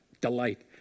delight